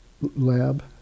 lab